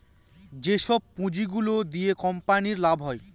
যেসব পুঁজি গুলো দিয়া কোম্পানির লাভ হয়